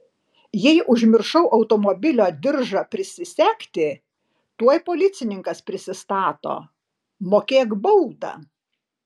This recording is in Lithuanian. jei užmiršau automobilio diržą prisisegti tuoj policininkas prisistato mokėk baudą